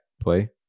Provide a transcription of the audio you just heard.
play